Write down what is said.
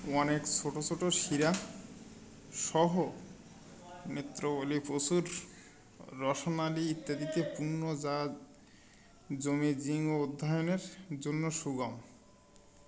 অনেক ছোট ছোট শিরাসহ নেত্রবলি প্রচুর রসোনাদি ইত্যাদিতে পূণ্য যা জমি ও অধ্যয়নের জন্য সুগম